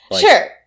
Sure